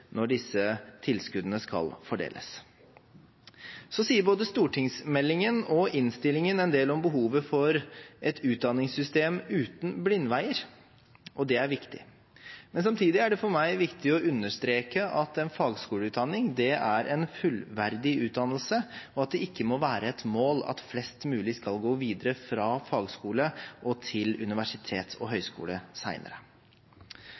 når disse tilskuddene skal fordeles. Så sier både stortingsmeldingen og innstillingen en del om behovet for et utdanningssystem uten blindveier. Det er viktig, men samtidig er det for meg viktig å understreke at en fagskoleutdanning er en fullverdig utdannelse, og at det ikke må være et mål at flest mulig skal gå videre fra fagskole og til universitet og